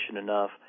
enough